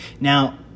Now